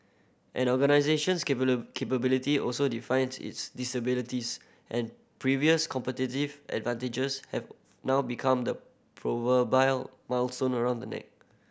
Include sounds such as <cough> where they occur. an organisation's <unintelligible> capabilities also defines its disabilities and previous competitive advantages have now become the <unintelligible> millstone around the neck